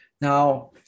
Now